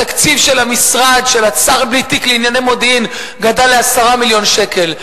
התקציב של המשרד של השר בלי תיק לענייני מודיעין גדל ל-10 מיליון שקל.